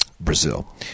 Brazil